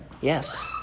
Yes